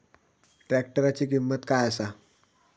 ट्रॅक्टराची किंमत काय आसा?